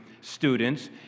students